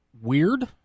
Weird